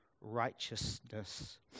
righteousness